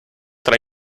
tra